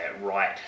right